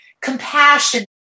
compassion